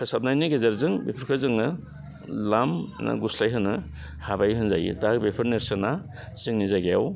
फोसाबनायनि गेजेरजों बेफोरखौ जोंनो लामनो गुस्लायहोनो हाबाय होनजायो दा बेफोर नेर्सोना जोंनि जायगायाव